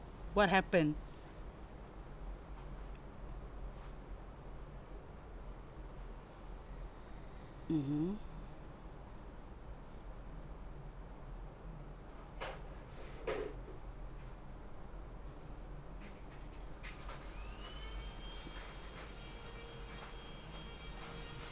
what happened mmhmm